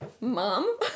mom